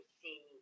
see